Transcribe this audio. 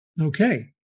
Okay